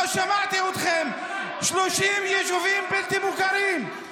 לא שמעתי אתכם: יש 30 יישובים בלתי מוכרים.